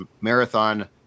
marathon